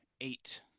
Eight